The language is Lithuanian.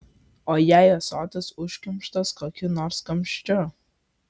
o jei ąsotis užkimštas kokiu nors kamščiu